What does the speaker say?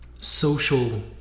social